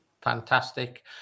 Fantastic